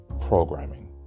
programming